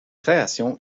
création